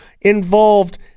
involved